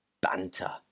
banter